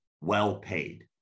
well-paid